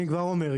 אני כבר אומר,